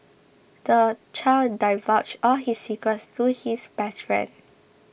the child divulged all his secrets to his best friend